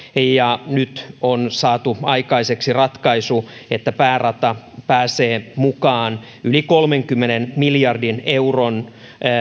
ja nyt on saatu aikaiseksi ratkaisu että päärata pääsee mukaan yli kolmenkymmenen miljardin euron